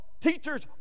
teachers